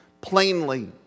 plainly